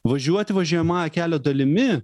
važiuoti važiuojamąja kelio dalimi